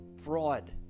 fraud